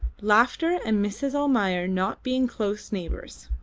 laughter and mrs. almayer not being close neighbours.